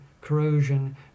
Corrosion